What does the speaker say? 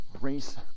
race